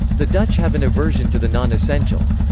the dutch have an aversion to the non-essential.